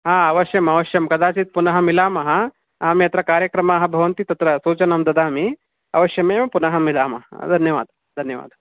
हा अवश्यम् अवश्यं कदाचित् पुनः मिलामः अहं यत्र कार्यक्रमाः भवन्ति तत्र सूचनं ददामि अवश्यमेव पुनः मिलामः धन्यवादः धन्यवादः